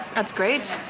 that's great.